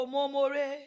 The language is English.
Momore